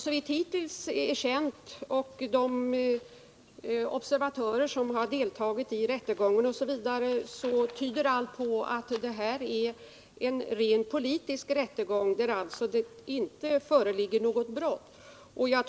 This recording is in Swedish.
Enligt vad som hittills är känt bl.a. genom de observatörer som deltagit i rättegången tyder allt på att det här rör sig om en rent politisk rättegång, eftersom det inte föreligger något brott.